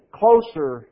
closer